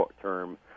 term